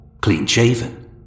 clean-shaven